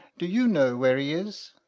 do you know where he is?